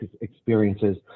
experiences